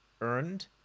earned